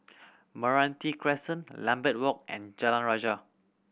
Meranti Crescent Lambeth Walk and Jalan Rajah